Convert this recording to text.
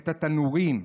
את התנורים,